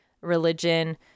religion